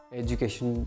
education